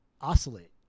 oscillate